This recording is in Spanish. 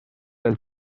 del